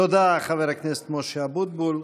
תודה לחבר הכנסת משה אבוטבול.